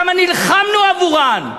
כמה נלחמנו עבורן.